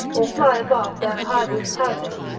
or fly above their high-roofed houses,